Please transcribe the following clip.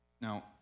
Now